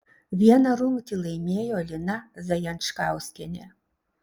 vieną rungtį laimėjo lina zajančkauskienė